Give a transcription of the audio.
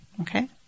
Okay